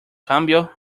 cambio